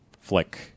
flick